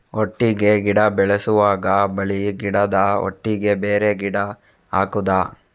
ಒಟ್ಟಿಗೆ ಗಿಡ ಬೆಳೆಸುವಾಗ ಬಳ್ಳಿ ಗಿಡದ ಒಟ್ಟಿಗೆ ಬೇರೆ ಗಿಡ ಹಾಕುದ?